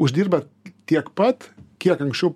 uždirba tiek pat kiek anksčiau